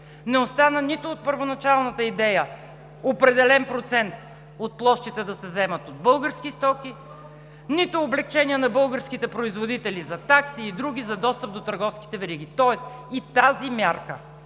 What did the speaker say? Не остана нито от първоначалната идея определен процент от площите да се заемат от български стоки, нито облекчение на българските производители за такси и други за достъп до търговските вериги. Тоест и тази мярка